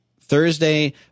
Thursday